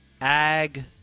Ag